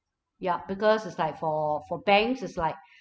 yup because it's like for for banks it's like